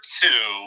two